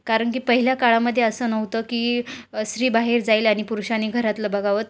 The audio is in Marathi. कारण की पहिल्या काळामध्ये असं नव्हतं की स्त्री बाहेर जाईल आणि पुरुषांनी घरातलं बघावं